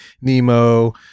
nemo